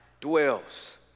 dwells